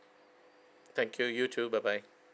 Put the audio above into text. thank you you too bye bye